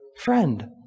Friend